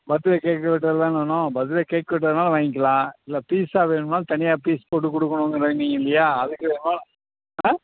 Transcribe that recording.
birth டே cake வெட்ட தானே வேணும் பர்த் டே கேக் வெட்டுறதுனாலும் வாங்கிக்கலாம் இல்லை பீஸ்ஸாக வேணும்னாலும் தனியாக பீஸ் போட்டுக் கொடுக்கணுன்னு சொன்னிங்க இல்லையா அதுக்கு வேணாலும் ஆ